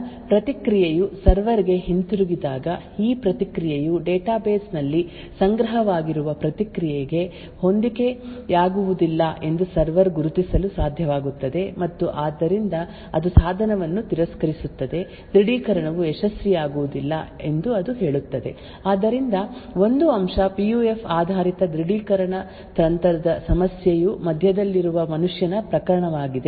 ಆದ್ದರಿಂದ ಪ್ರತಿಕ್ರಿಯೆಯು ಸರ್ವರ್ ಗೆ ಹಿಂತಿರುಗಿದಾಗ ಈ ಪ್ರತಿಕ್ರಿಯೆಯು ಡೇಟಾಬೇಸ್ ನಲ್ಲಿ ಸಂಗ್ರಹವಾಗಿರುವ ಪ್ರತಿಕ್ರಿಯೆಗೆ ಹೊಂದಿಕೆಯಾಗುವುದಿಲ್ಲ ಎಂದು ಸರ್ವರ್ ಗುರುತಿಸಲು ಸಾಧ್ಯವಾಗುತ್ತದೆ ಮತ್ತು ಆದ್ದರಿಂದ ಅದು ಸಾಧನವನ್ನು ತಿರಸ್ಕರಿಸುತ್ತದೆ ದೃಢೀಕರಣವು ಯಶಸ್ವಿಯಾಗುವುದಿಲ್ಲ ಎಂದು ಅದು ಹೇಳುತ್ತದೆ ಆದ್ದರಿಂದ ಒಂದು ಅಂಶ ಪಿ ಯು ಎಫ್ ಆಧಾರಿತ ದೃಢೀಕರಣ ತಂತ್ರದ ಸಮಸ್ಯೆಯು ಮಧ್ಯದಲ್ಲಿರುವ ಮನುಷ್ಯನ ಪ್ರಕರಣವಾಗಿದೆ